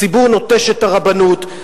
הציבור נוטש את הרבנות,